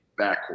backcourt